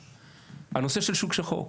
בנושא של שוק שחור,